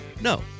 No